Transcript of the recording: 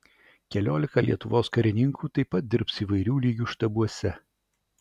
keliolika lietuvos karininkų taip pat dirbs įvairių lygių štabuose